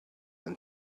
and